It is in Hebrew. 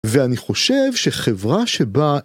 ואני חושב שחברה שבה